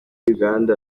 uganda